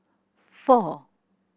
four